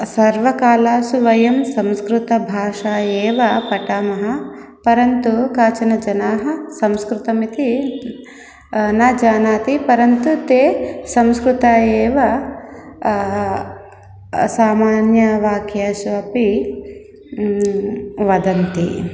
सर्वकालेषु वयं संस्कृतभाषा एव पठामः परन्तु केचन जनाः संस्कृतमिति न जानन्ति परन्तु ते संस्कृते एव सामान्यवाक्येषु अपि वदन्ति